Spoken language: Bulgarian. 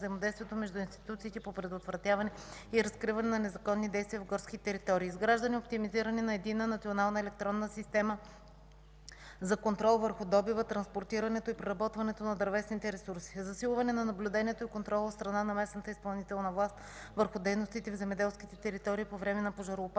между институциите по предотвратяването и разкриване на незаконни действия в горски територии, изграждане и оптимизиране на Единна национална електронна система за контрол върху добива, транспортирането и преработването на дървесните ресурси, засилване на наблюдението и контрола от страна на местната изпълнителна власт върху дейностите в земеделските територии по време на пожароопасния